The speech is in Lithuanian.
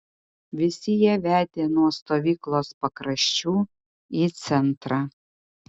visi jie vedė nuo stovyklos pakraščių į centrą